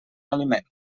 aliment